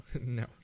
no